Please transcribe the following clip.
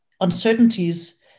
uncertainties